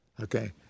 Okay